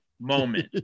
moment